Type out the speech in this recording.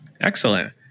Excellent